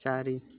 ଚାରି